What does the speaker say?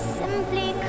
simply